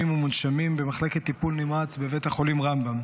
ומונשמים במחלקת טיפול נמרץ בבית החולים רמב"ם,